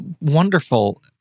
wonderful